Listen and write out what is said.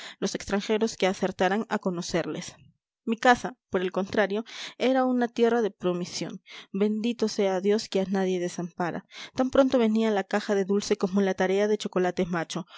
los extranjeros que acertaran a conocerles mi casa por el contrario era una tierra de promisión bendito sea dios que a nadie desampara tan pronto venía la caja de dulce como la tarea de chocolate macho